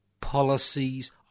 policies